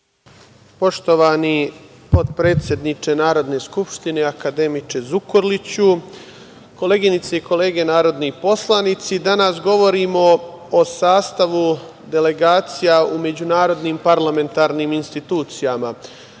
Poštovani potpredsedniče Narodne skupštine, akademiče Zukorliću, koleginice i kolege narodni poslanici, danas govorimo o sastavu delegacije u međunarodnim parlamentarnim institucijama. Jasno